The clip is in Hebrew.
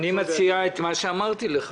אני מציע את מה שהצעתי לך.